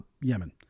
yemen